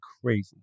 crazy